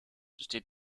steht